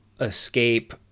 escape